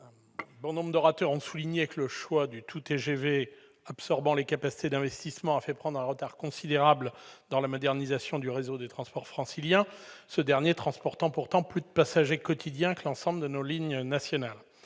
Bon nombre d'orateurs ont souligné que le choix du tout-TGV, en absorbant les capacités d'investissement, a fait prendre un retard considérable dans la modernisation du réseau des transports franciliens, qui véhicule pourtant plus de passagers quotidiens que l'ensemble de nos lignes nationales.